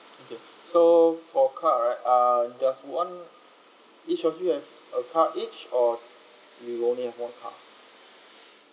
okay so for car right uh just one each of you have a car each or you only have one car